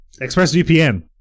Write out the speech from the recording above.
ExpressVPN